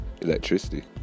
electricity